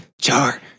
Char